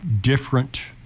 different